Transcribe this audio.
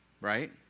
right